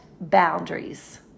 boundaries